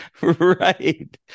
Right